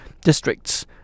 districts